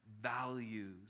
values